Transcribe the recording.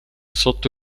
sotto